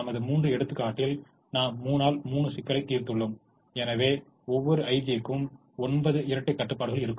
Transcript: நமது 3 எடுத்துக்காட்டில் நாம் 3 ஆல் 3 சிக்கலைத் தீர்த்துள்ளோம் எனவே ஒவ்வொரு i j க்கும் 9 இரட்டைக் கட்டுப்பாடுகள் இருக்கும்